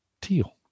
teal